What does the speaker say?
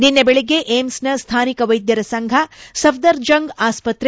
ನಿನ್ನೆ ಬೆಳಗ್ಗೆ ಏಮ್ಸ್ನ ಸ್ವಾನಿಕ ವೈದ್ಯರ ಸಂಘ ಸಫ್ಜರ್ಜಂಗ್ ಆಸ್ಪತ್ರೆ